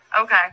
Okay